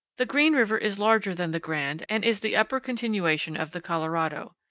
the green river is larger than the grand and is the upper continuation of the colorado.